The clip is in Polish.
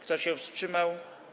Kto się wstrzymał?